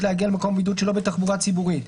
להגיע למקום הבידוד שלא בתחבורה ציבורית.